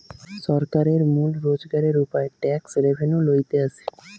সরকারের মূল রোজগারের উপায় ট্যাক্স রেভেন্যু লইতে আসে